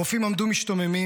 הרופאים עמדו משתוממים,